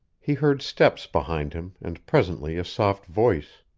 he heard steps behind him, and presently a soft voice.